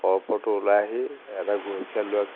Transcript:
সৰ্পটো ওলাই আহি এটা গৰখীয়া ল'ৰাক